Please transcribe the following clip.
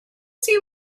see